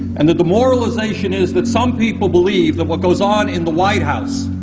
and the demoralization is that some people believe that what goes on in the white house,